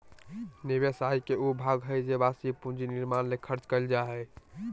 निवेश आय के उ भाग हइ जे वास्तविक पूंजी निर्माण ले खर्च कइल जा हइ